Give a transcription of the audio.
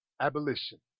abolition